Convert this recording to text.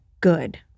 good